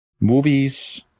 movies